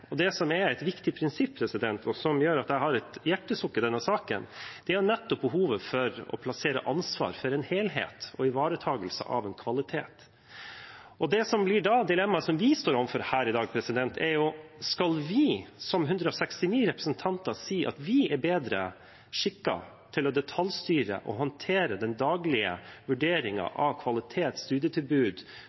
og det som er et viktig prinsipp, og som gjør at jeg har et hjertesukk i denne saken, er nettopp behovet for å plassere ansvar for en helhet og ivaretakelse av en kvalitet. Da blir dilemmaet vi står overfor her i dag: Skal vi, 169 stortingsrepresentanter, si at vi er bedre skikket til å detaljstyre og håndtere den daglige vurderingen av kvalitet, studietilbud,